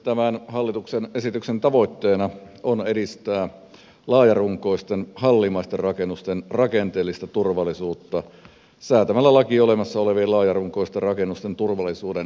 tämän hallituksen esityksen tavoitteena on edistää laajarunkoisten hallimaisten rakennusten rakenteellista tuvallisuutta säätämällä laki olemassa olevien laajarunkoisten rakennusten turvallisuuden arvioinnista